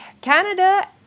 Canada